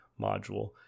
module